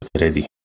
ready